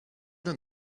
done